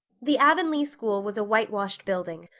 the avonlea school was a whitewashed building,